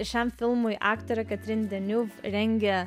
šiam filmui aktorę katrin deniuv rengė